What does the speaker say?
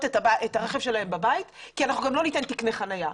את הרכב שלהם ליד הבית כי אנחנו גם לא ניתן תקני חניה,